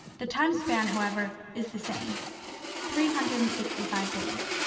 the time span, however, is the same three hundred and sixty five days.